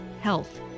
health